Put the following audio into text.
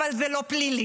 אבל זה לא פלילי,